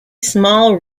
small